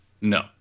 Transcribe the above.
No